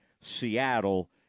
Seattle